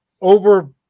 over